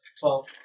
Twelve